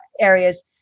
areas